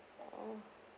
oh